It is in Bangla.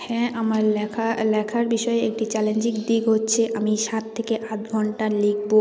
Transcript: হ্যাঁ আমার লেখা লেখার বিষয়ে একটি চ্যালেঞ্জিং দিক হচ্ছে আমি সাত থেকে আট ঘন্টা লিখবো